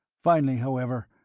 finally, however,